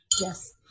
Yes